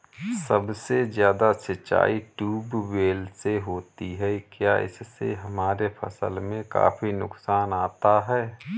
सबसे ज्यादा सिंचाई ट्यूबवेल से होती है क्या इससे हमारे फसल में काफी नुकसान आता है?